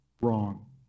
Wrong